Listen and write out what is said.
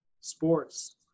sports